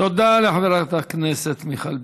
תודה לחברת הכנסת מיכל בירן.